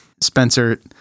Spencer